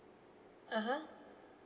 (uh huh)